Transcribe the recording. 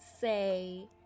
say